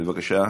בבקשה,